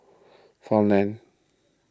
Farmland